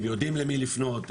הם יודעים למי לפנות,